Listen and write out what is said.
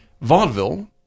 Vaudeville